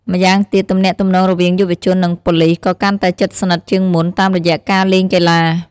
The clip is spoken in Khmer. ម្យ៉ាងទៀត ទំនាក់ទំនងរវាងយុវជននិងប៉ូលិសក៏កាន់តែជិតស្និទ្ធជាងមុន តាមរយៈការលេងកីឡា។